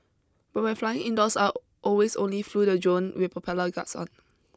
but when flying indoors I always only flew the drone with propeller guards on